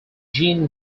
jean